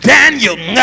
Daniel